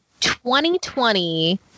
2020